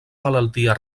malaltia